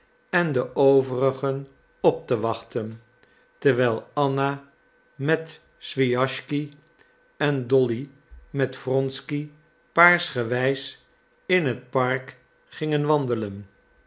en de overigen op te wachten terwijl anna met swijaschsky en dolly met wronsky paarsgewijs in het park gingen wandelen